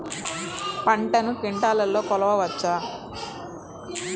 పంటను క్వింటాల్లలో కొలవచ్చా?